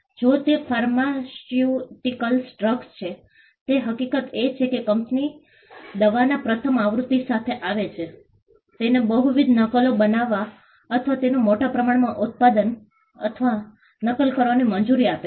જો તે pharmaceutical drug છે તે હકીકત એ છે કે કંપની દવાના પ્રથમ આવૃત્તિ સાથે આવે છે તેને બહુવિધ નકલો બનાવવા અથવા તેનું મોટા પ્રમાણમાં ઉત્પાદન અથવા નકલ કરવાની મંજૂરી આપે છે